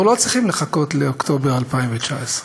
אנחנו לא צריכים לחכות לאוקטובר 2019,